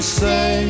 say